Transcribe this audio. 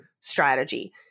strategy